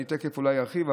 אני תכף אולי ארחיב.